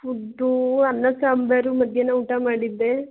food ಅನ್ನ ಸಾಂಬಾರು ಮಧ್ಯಾಹ್ನ ಊಟ ಮಾಡಿದ್ದೆ